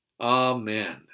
Amen